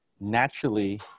Naturally